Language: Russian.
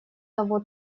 того